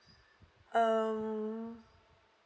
um